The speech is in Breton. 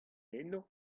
eno